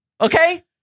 Okay